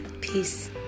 Peace